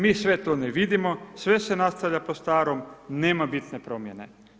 Mi sve to ne vidimo, sve se nastavlja po starom, nema bitne promijene.